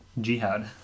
Jihad